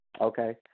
okay